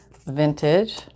vintage